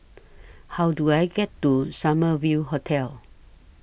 How Do I get to Summer View Hotel